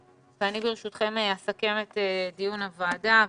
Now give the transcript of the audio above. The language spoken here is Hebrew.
אסכם את דיון הוועדה.